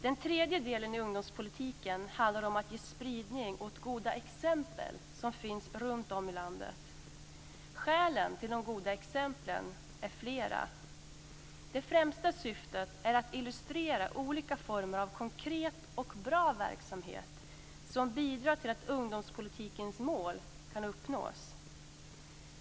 Den tredje delen i ungdomspolitiken handlar om att ge spridning åt goda exempel som finns runtom i landet. Skälen till de goda exemplen är flera. Det främsta syftet är att illustrera olika former av konkret och bra verksamhet som bidrar till att ungdomspolitikens mål kan uppnås.